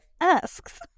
asks